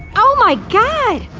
oh my god!